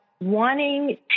wanting